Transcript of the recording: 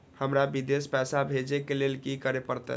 हमरा विदेश पैसा भेज के लेल की करे परते?